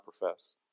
profess